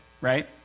right